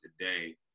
today